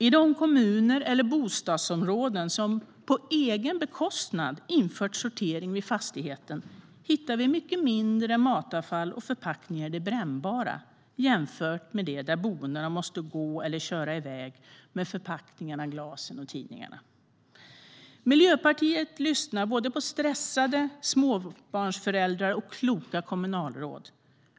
I de kommuner eller bostadsområden som på egen bekostnad har infört sortering vid fastigheten hittar vi mycket mindre matavfall och förpackningar bland det brännbara jämfört med hur det är där de boende måste gå eller köra iväg med förpackningarna, glasen och tidningarna. Miljöpartiet lyssnar på både stressade småbarnsföräldrar och kloka kommunalråd.